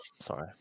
Sorry